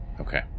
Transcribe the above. Okay